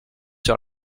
sur